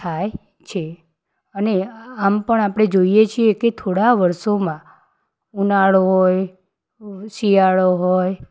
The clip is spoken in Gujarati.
થાય છે અને આમ પણ આપણે જોઈએ જ છીએ કે થોડા વર્ષોમાં ઉનાળો હોય શિયાળો હોય